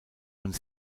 und